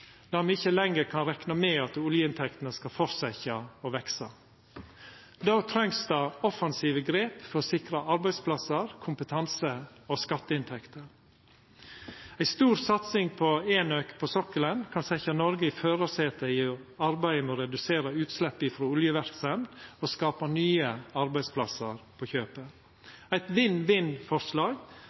der me ikkje lenger kan rekna med at oljeinntektene skal fortsetja å veksa. Då trengst det offensive grep for å sikra arbeidsplassar, kompetanse og skatteinntekter. Ei stor satsing på enøk på sokkelen kan setja Noreg i førarsetet i arbeidet med å redusera utslepp frå oljeverksemd og skapa nye arbeidsplassar på kjøpet. Det er eit